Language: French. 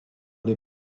les